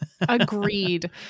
Agreed